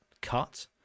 cut